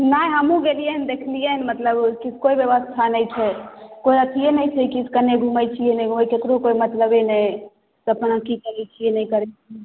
नहि हमहुँ गेलिए हन देखलियै हन मतलब कि कोई ब्यबस्था नहि छै कोई अथिये नहि छै कि कने घूमै छियै नहि घूमै छियै ककरो कोई मतलबे नहि अपन आर की करियै की नहि करियै